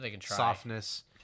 softness